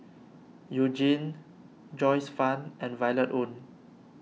You Jin Joyce Fan and Violet Oon